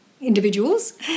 individuals